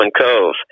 Cove